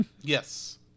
yes